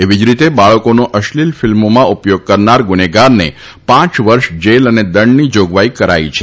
એવી જ રીતે બાળકોનો અશ્લિલ ફિલ્મોમાં ઉપયોગ કરનાર ગુનેગારને પાંચ વર્ષ જેલ અને દંડની જાગવાઈ કરવામાં આવી છે